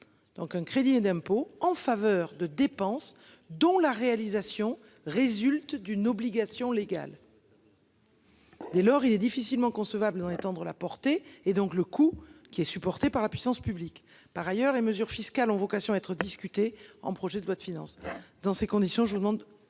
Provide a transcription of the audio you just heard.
Donc un crédit d'impôt en faveur de dépenses dont la réalisation résulte d'une obligation légale. Dès lors, il est difficilement concevable d'en étendre la portée et donc le coût qui est supportée par la puissance publique. Par ailleurs les mesures fiscales ont vocation à être discuté en projet de loi de finances.